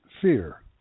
fear